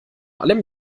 allem